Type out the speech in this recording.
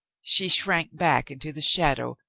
she shrank back into the shadow,